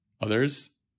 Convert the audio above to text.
others